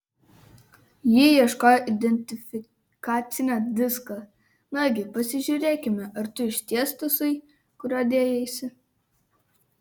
ji ieškojo identifikacinio disko nagi pasižiūrėkime ar tu išties tasai kuriuo dėjaisi